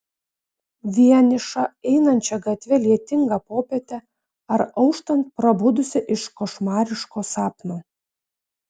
vienišą einančią gatve lietingą popietę ar auštant prabudusią iš košmariško sapno